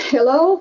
Hello